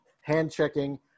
hand-checking